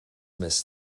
més